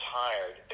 tired